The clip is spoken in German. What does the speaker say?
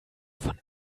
von